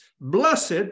Blessed